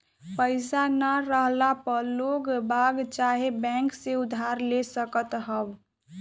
पईसा ना रहला पअ लोगबाग चाहे बैंक से उधार ले सकत हवअ